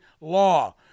law